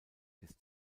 des